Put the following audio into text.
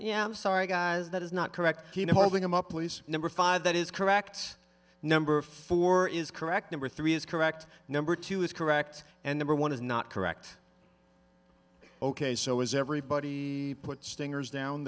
i'm sorry guys that is not correct holding him up please number five that is correct number four is correct number three is correct number two is correct and number one is not correct ok so is everybody put stingers down